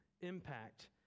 impact